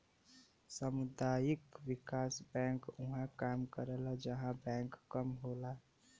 सामुदायिक विकास बैंक उहां काम करला जहां बैंक कम होला